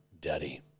Daddy